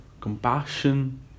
compassion